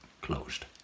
closed